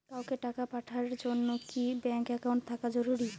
কাউকে টাকা পাঠের জন্যে কি ব্যাংক একাউন্ট থাকা জরুরি?